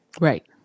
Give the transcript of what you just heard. Right